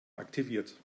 aktiviert